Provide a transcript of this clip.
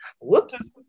Whoops